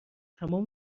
تمام